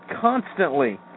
constantly